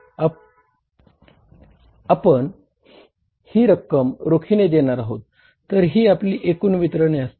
आपण ही रक्कम रोखीने देणार आहोत तर ही आपली एकूण वितरण असतील